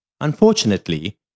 Unfortunately